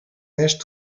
neiges